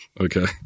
Okay